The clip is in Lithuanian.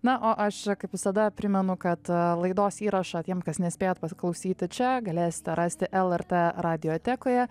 na o aš kaip visada primenu kad laidos įrašą tiem kas nespėjot pasiklausyti čia galėsite rasti lrt radiotekoje